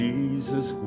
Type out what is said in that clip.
Jesus